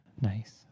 Nice